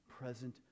present